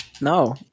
No